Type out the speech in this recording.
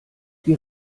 die